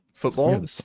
football